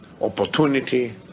opportunity